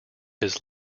his